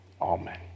Amen